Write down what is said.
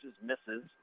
misses